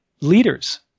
leaders